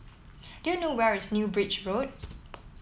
do you know where is New Bridge Road